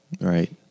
Right